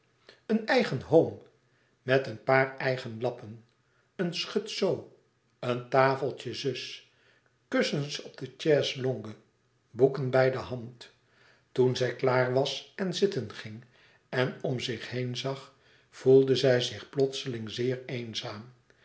een eigen home met een paar eigen lappen een schut zoo een tafeltje zus kussens op de chaise-longue boeken bij de hand toen zij klaar was en zitten ging en om zich heen zag voelde zij zich plotseling zeer eenzaam